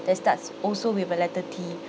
that starts also with a letter T